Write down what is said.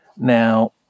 Now